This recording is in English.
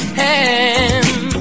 hand